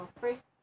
first